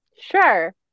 Sure